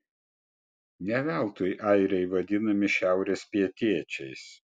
ne veltui airiai vadinami šiaurės pietiečiais